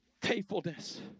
faithfulness